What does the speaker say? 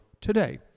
today